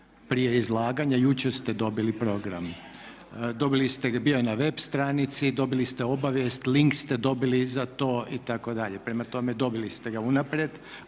prije izlaganja. Jučer ste dobili program. Dobili ste, bio je na web stranici, dobili ste obavijest, link ste dobili za to itd.. Prema tome, dobili ste ga unaprijed